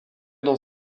dans